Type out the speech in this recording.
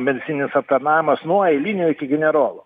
medicininis aptarnavimas nuo eilinio iki generolo